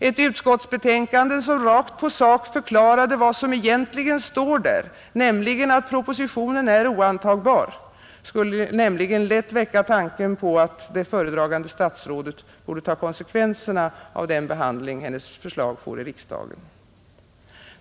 Ett utskottsbetänkande som rakt på sak förklarade vad som egentligen står där, nämligen att propositionen är oantagbar, skulle lätt väcka tanken på att det föredragande statsrådet borde ta konsekvenserna av den behandling som hennes förslag får av riksdagen.